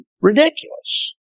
ridiculous